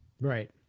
Right